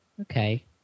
okay